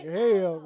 hell